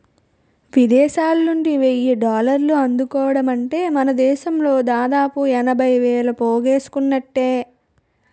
విదేశాలనుండి వెయ్యి డాలర్లు అందుకోవడమంటే మనదేశంలో దాదాపు ఎనభై వేలు పోగేసుకున్నట్టే